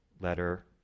letter